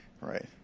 Right